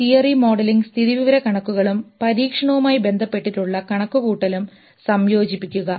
theory modelling സ്ഥിതിവിവരക്കണക്കുകളും പരീക്ഷണവുമായി ബന്ധപ്പെട്ടിട്ടുള്ള കണക്കുകൂട്ടലും സംയോജിപ്പിക്കുക